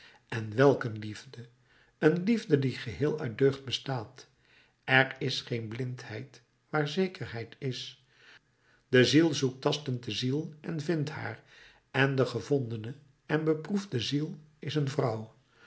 en welk een liefde een liefde die geheel uit deugd bestaat er is geen blindheid waar zekerheid is de ziel zoekt tastend de ziel en vindt haar en de gevondene en beproefde ziel is een vrouw